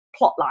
plotline